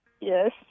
Yes